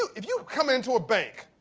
if you come into a bank